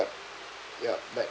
ya but